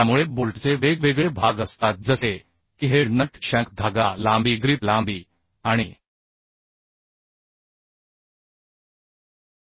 एका बिंदू नंतर ही धाग्याची लांबी येथून इथपर्यंत धाग्याची लांबी आहे आणि ही पकड आहे या भागाच्या लांबीला ग्रिप लांबी म्हणतात आणि एकूण लांबीला नॉमिनल लांबी म्हणतात